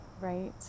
right